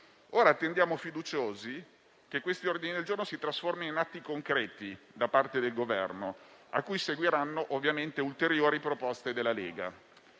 Ora attendiamo fiduciosi che questi ordini del giorno si trasformino in atti concreti da parte del Governo, cui seguiranno ovviamente ulteriori proposte della Lega.